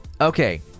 okay